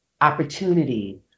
opportunity